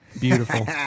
Beautiful